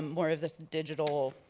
um more of this digital